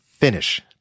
finish